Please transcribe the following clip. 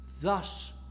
Thus